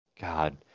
God